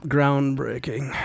Groundbreaking